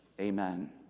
Amen